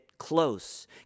close